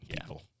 people